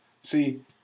See